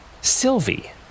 Sylvie